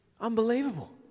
Unbelievable